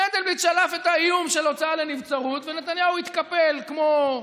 מנדלבליט שלף את האיום של הוצאה לנבצרות ונתניהו התקפל כמו,